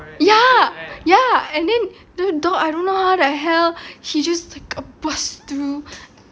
ya ya and then the door I don't know how the hell he just bust through